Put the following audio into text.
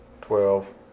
Twelve